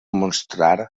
mostrar